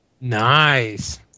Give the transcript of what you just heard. Nice